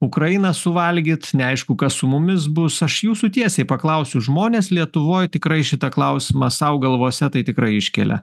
ukrainą suvalgyt neaišku kas su mumis bus aš jūsų tiesiai paklausiu žmonės lietuvoj tikrai šitą klausimą sau galvose tai tikrai iškelia